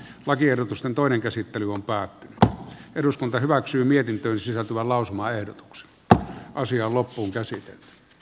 lakiehdotusten toinen käsittely on päätti eduskunta hyväksyi mietintöön sisältyvä lausumaehdotuksen tämän asian loppuun täysin